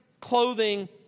clothing